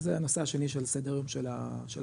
וזה הנושא השני של סדר היום של הוועדה.